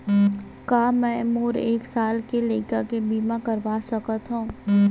का मै मोर एक साल के लइका के बीमा करवा सकत हव?